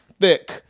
Thick